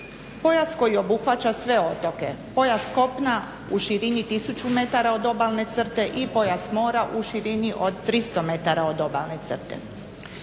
Pojas koji obuhvaća sve otoke, pojas kopna u širini tisuću metara od obalne crte i pojas mora u širini od 300 metara od obalne crte.